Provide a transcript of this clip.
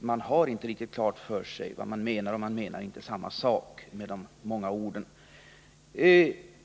Man har inte riktigt klart för sig vad som menas med begreppen, och man menar inte samma sak med de många orden.